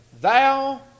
Thou